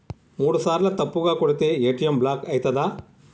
మూడుసార్ల తప్పుగా కొడితే ఏ.టి.ఎమ్ బ్లాక్ ఐతదా?